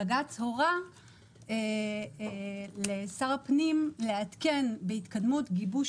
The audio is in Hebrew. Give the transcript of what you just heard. בג"ץ הורה לשר הפנים לעדכן על התקדמות גיבוש